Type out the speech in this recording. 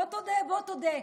בוא תודה, בוא תודה.